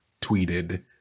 tweeted